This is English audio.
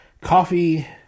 coffee